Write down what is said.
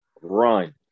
Run